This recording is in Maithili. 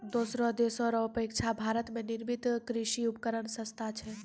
दोसर देशो रो अपेक्षा भारत मे निर्मित कृर्षि उपकरण सस्ता छै